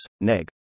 neg